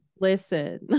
Listen